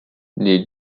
les